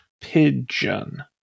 Pigeon